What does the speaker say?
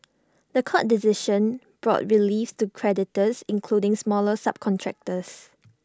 The Court decision brought relief to creditors including smaller subcontractors